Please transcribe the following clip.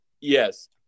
Yes